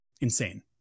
insane